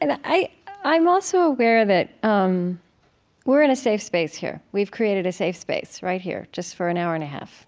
and i'm also aware that um we're in a safe space here. we've created a safe space. right here, just for an hour and a half.